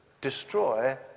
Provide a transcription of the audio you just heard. destroy